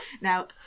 Now